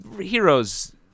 Heroes